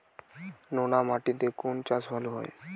নোনা মাটিতে কোন চাষ ভালো হয়?